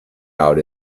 out